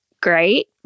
great